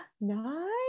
Nice